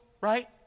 right